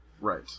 Right